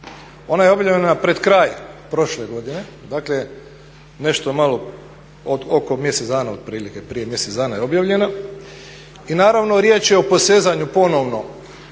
Ona je objavljena pred kraj prošle godine, dakle nešto malo od oko mjesec dana otprilike, prije mjesec dana je objavljena, i naravno riječ je o posezanju ponovno